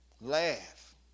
Laugh